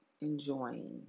enjoying